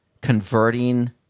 converting